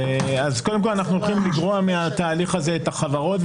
קודם כל אנחנו הולכים לגרוע מהתהליך הזה את החברות,